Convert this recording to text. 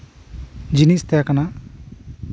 ᱡᱤᱱᱤᱥ ᱛᱟᱸᱦᱮ ᱠᱟᱱᱟ